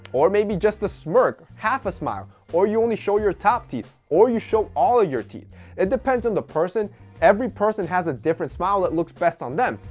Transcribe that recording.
or maybe just a smirk, half a smile, or you only show your top teeth, or you show all of your teeth. it depends on the person every person has a different smile that looks best on them.